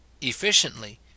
efficiently